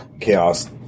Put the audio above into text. Chaos